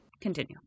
Continue